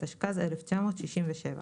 התשכ"ז-1967.